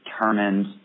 determined